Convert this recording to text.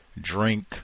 drink